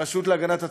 הרשות להגנת הצרכן,